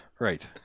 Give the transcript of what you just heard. Right